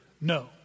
No